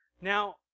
Now